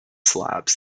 slabs